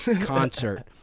concert